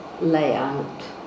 layout